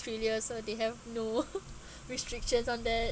failure so they have no restrictions on that